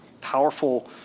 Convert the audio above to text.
powerful